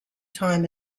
time